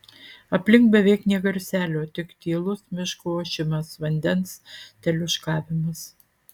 aplink beveik nė garselio tik tylus miško ošimas vandens teliūškavimas